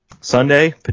Sunday